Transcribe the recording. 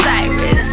Cyrus